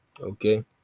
okay